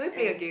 and